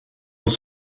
dans